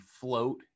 float